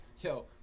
Yo